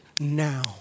now